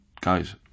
guys